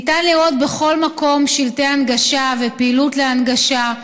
ניתן לראות בכל מקום שלטי הנגשה ופעילות להנגשה.